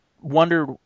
wonder –